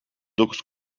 dokuz